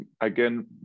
again